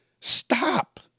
Stop